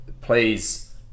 Please